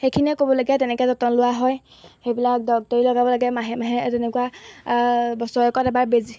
সেইখিনিয়ে ক'বলগীয়া তেনেকৈ যতন লোৱা হয় সেইবিলাক ডক্টৰী লগাব লাগে মাহে মাহে তেনেকুৱা বছৰেকত এবাৰ বেজী